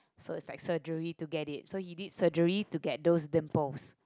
so is like surgery to get it so he did surgery to get those dimples